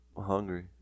Hungry